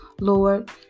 Lord